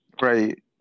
Right